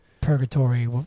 purgatory